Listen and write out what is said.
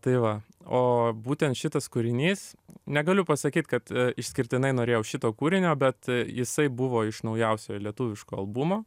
tai va o būtent šitas kūrinys negaliu pasakyt kad išskirtinai norėjau šito kūrinio bet jisai buvo iš naujausio lietuviško albumo